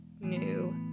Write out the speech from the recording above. new